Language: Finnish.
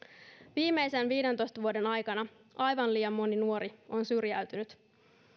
viimeisen viidentoista vuoden aikana aivan liian moni nuori on syrjäytynyt